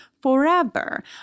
forever